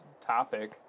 topic